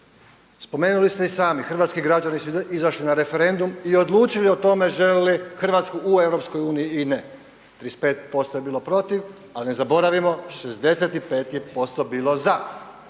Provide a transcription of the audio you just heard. spomenuli ste i sami hrvatski građani su izašli na referendum i odlučili o tome žele li Hrvatsku u EU ili ne. 35% je bilo protiv, ali ne zaboravimo 65% bilo je